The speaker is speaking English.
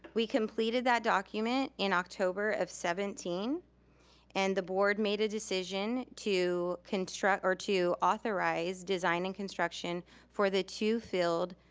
we completed that document in october of seventeen and the board made a decision to, or to authorize design and construction for the two field,